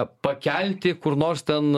pakelti kur nors ten